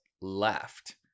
left